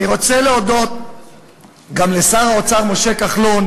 אני רוצה להודות גם לשר האוצר משה כחלון,